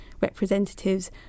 representatives